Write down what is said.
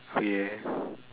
okay